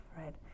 right